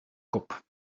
kop